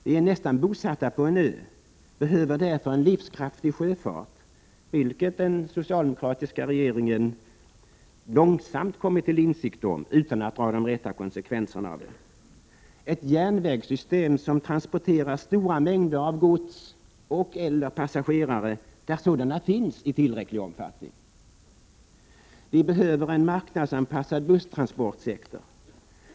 Vi är nästan bosatta på en ö och behöver därför en livskraftig sjöfart, vilket den socialdemokratiska regeringen långsamt kommit till insikt om utan att dra de rätta konsekvenserna av det, och ett järnvägssystem som transporterar stora mängder av gods och/eller passagerare, där sådana finns i tillräcklig omfattning. Vi behöver en marknadsanpassad busstransportsektor.